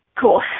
Cool